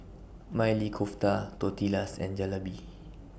Maili Kofta Tortillas and Jalebi